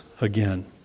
again